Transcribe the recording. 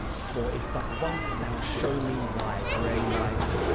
for if but once thou show me thy grey light,